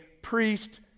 priest